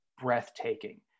breathtaking